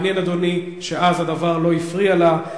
מעניין, אדוני, שאז הדבר לא הפריע לה.